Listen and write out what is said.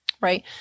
Right